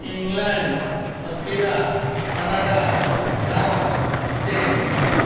England Australia Canada France Spain